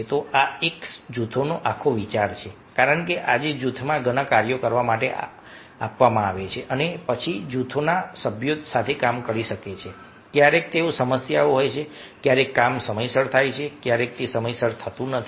તો આ એક જૂથનો આખો વિચાર છે કારણ કે આજે જૂથમાં ઘણા કાર્યો કરવા માટે આપવામાં આવે છે અને પછી જૂથના સભ્યો સાથે મળીને કામ કરે છે ક્યારેક તેઓ સમસ્યાઓ હોય છે ક્યારેક કામ સમયસર થાય છે ક્યારેક તે સમયસર થતું નથી